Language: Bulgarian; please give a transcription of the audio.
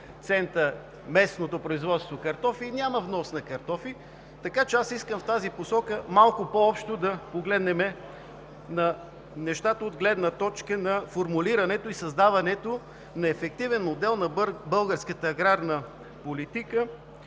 цента местното производство картофи, няма внос на картофи. Затова аз искам в тази посока малко по-общо да погледнем на нещата от гледна точка на формулирането и създаването на ефективен модел на българската аграрна политика.